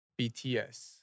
BTS